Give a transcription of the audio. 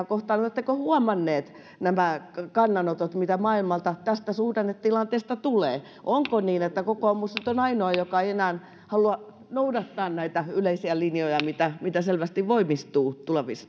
kohtaan niin oletteko huomanneet nämä kannanotot joita maailmalta tästä suhdannetilanteesta tulee onko niin että kokoomus on nyt ainoa joka ei enää halua noudattaa näitä yleisiä linjoja jotka selvästi voimistuvat